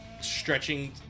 stretching